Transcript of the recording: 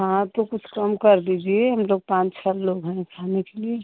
हाँ तो कुछ कम कर दीजिए हम लोग पाँच छः लोग हैं खाने के लिए